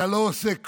אתה לא עושה כלום,